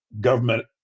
government